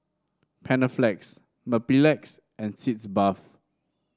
Panaflex Mepilex and Sitz Bath